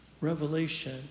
Revelation